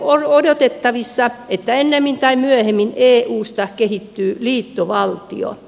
onko odotettavissa että ennemmin tai myöhemmin eusta kehittyy liittovaltio